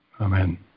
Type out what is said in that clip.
Amen